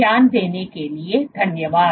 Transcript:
ध्यान देने के लिए धन्यवाद